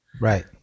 Right